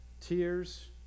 Tears